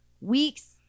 Weeks